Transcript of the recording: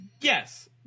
yes